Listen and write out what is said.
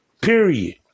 Period